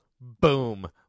Boom